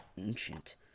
ancient